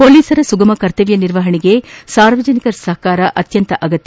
ಪೊಲೀಸರ ಸುಗಮ ಕರ್ತವ್ಯ ನಿರ್ವಹಣೆಗೆ ಸಾರ್ವಜನಿಕರ ಸಹಕಾರ ಅತ್ಯಂತ ಅಗತ್ಯ